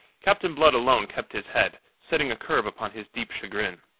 captain blood alone kept his head, setting a curb upon his deep chagrin.